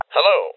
Hello